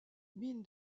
mine